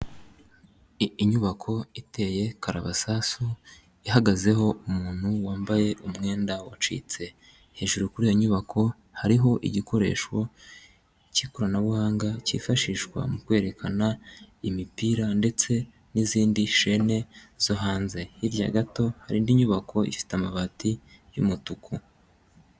Inyubako iteye karabasasu ihagazeho umuntu wambaye umwenda wacitse, hejuru kuri iyo nyubako hariho igikoresho cy'ikoranabuhanga cyifashishwa mu kwerekana imipira ndetse n'izindi shene zo hanze, hirya gato hari indi nyubako ifite amabati y'umutuku.